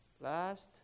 last